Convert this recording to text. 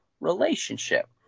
relationship